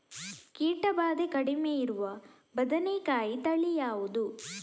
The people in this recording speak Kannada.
ಕೀಟ ಭಾದೆ ಕಡಿಮೆ ಇರುವ ಬದನೆಕಾಯಿ ತಳಿ ಯಾವುದು?